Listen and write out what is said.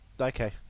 Okay